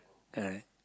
I